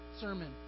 sermon